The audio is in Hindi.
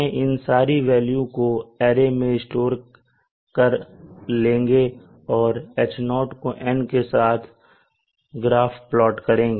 हम इन सारी वेल्यू को अरे में स्टोर कर लेंगे और H0 का N के साथ ग्राफ प्लाट करेंगे